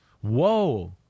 Whoa